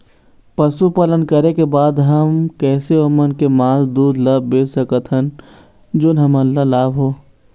पशुपालन करें के बाद हम कैसे ओमन के मास, दूध ला बेच सकत हन जोन हमन ला लाभ हो?